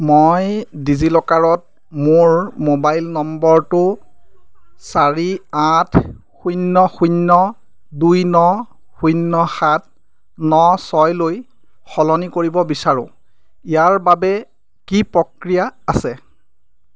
মই ডিজিলকাৰত মোৰ মোবাইল নম্বৰটো চাৰি আঠ শূন্য শূন্য দুই ন শূন্য সাত ন ছয়লৈ সলনি কৰিব বিচাৰোঁ ইয়াৰ বাবে কি প্ৰক্ৰিয়া আছে